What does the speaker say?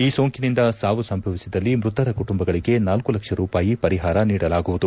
ಈ ಸೋಂಕಿನಿಂದ ಸಾವು ಸಂಭವಿಸಿದಲ್ಲಿ ಮೃತರ ಕುಟುಂಬಗಳಿಗೆ ನಾಲ್ಕು ಲಕ್ಷ ರೂಪಾಯಿ ಪರಿಹಾರ ನೀಡಲಾಗುವುದು